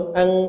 ang